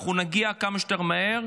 אנחנו נגיע כמה שיותר מהר,